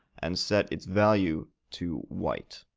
and set its value to white.